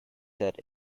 set